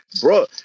bro